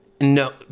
no